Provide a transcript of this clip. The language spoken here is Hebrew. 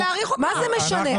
מה זה משנה?